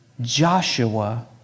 Joshua